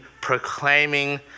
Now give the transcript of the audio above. proclaiming